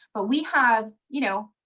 but we have, you know,